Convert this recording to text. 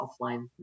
offline